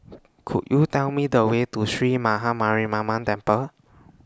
Could YOU Tell Me The Way to Sree Maha Mariamman Temple